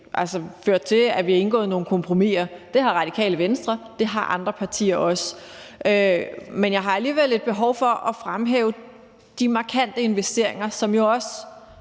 baggrund i, at vi har indgået nogle kompromiser. Det har Radikale Venstre, og det har andre partier også. Men jeg har alligevel et behov for at fremhæve de markante investeringer, som jo også